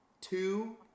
two